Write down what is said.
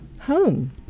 home